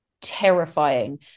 Terrifying